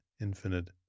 infinite